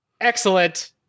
Excellent